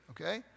okay